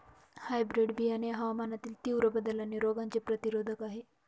hybrid बियाणे हवामानातील तीव्र बदल आणि रोगांचे प्रतिरोधक आहे